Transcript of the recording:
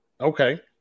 Okay